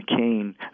McCain